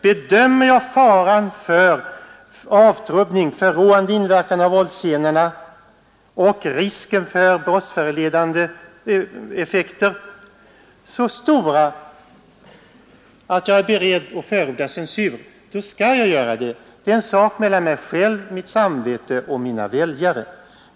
Bedömer jag faran för avtrubbning och förråande inverkan samt risken för brottsförledande effekter av våldsscenerna så stora att jag är beredd att förorda censur, skall jag också göra detta. Det är en sak mellan mig själv, mitt samvete och mina väljare.